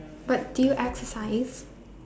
but do you exercise